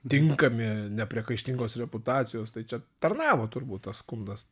tinkami nepriekaištingos reputacijos tai čia tarnavo turbūt tas skundas